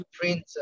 print